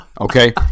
Okay